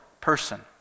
person